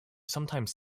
sometimes